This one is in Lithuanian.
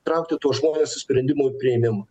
traukti tuos žmones į sprendimų priėmimą